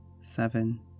seven